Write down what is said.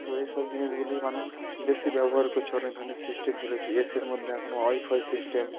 তো এই সব জিনিসগুলো মানুষ বেশি ব্যবহার করছে অনেক ধরনের সিস্টেম চলে এসেছে এ সির মধ্যে এখন ওয়াইফাই সিস্টেম